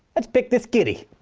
let's pick this kitty.